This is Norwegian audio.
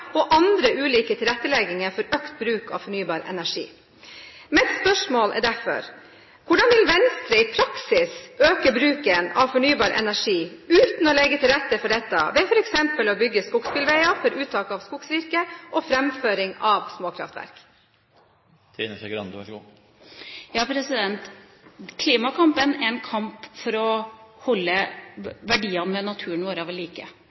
og andre ulike tilrettelegginger for økt bruk at fornybar energi. Mitt spørsmål er derfor: Hvordan vil Venstre i praksis øke bruken av fornybar energi uten å legge til rette for dette ved f.eks. å bygge skogsbilveier for uttak av skogsvirke og framføring av småkraftverk? Klimakampen er en kamp for å holde verdiene ved naturen vår ved like.